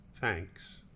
Thanks